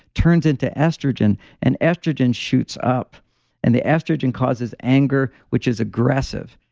turns into estrogen and estrogen shoots up and the estrogen causes anger, which is aggressive.